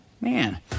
Man